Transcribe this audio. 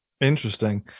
Interesting